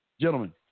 Gentlemen